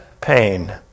pain